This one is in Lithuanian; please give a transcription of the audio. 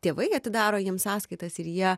tėvai atidaro jiem sąskaitas ir jie